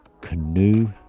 Canoe